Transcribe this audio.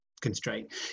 constraint